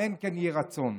אמן, כן יהי רצון.